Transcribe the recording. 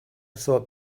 thought